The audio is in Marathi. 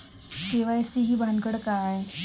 के.वाय.सी ही भानगड काय?